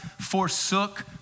forsook